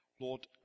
Lord